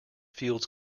fields